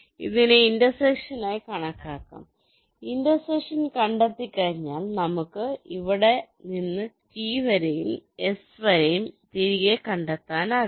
ഇതിനെ ഇന്റർസെക്ഷൻ ആയി കണക്കാക്കാം ഇന്റർസെക്ഷൻ കണ്ടെത്തിക്കഴിഞ്ഞാൽ നമുക്ക് അവിടെ നിന്ന് T വരെയും S വരെയും തിരികെ കണ്ടെത്താനാകും